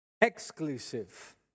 exclusive